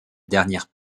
dernière